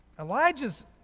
Elijah's